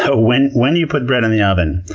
ah when when you put bread in the oven,